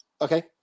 okay